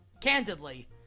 candidly